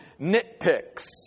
nitpicks